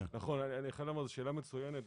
זאת שאלה מצוינת,